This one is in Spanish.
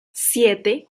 siete